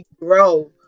grow